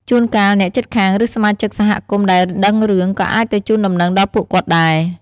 ជួនកាល អ្នកជិតខាង ឬសមាជិកសហគមន៍ដែលដឹងរឿង ក៏អាចទៅជូនដំណឹងដល់ពួកគាត់ដែរ។